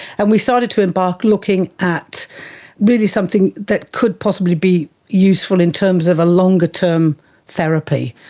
and we started to embark looking at really something that could possibly be useful in terms of a longer term therapy,